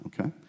Okay